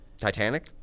Titanic